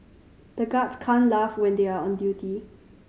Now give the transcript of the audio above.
the guards can't laugh when they are on duty